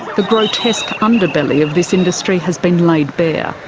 the grotesque underbelly of this industry has been laid bare,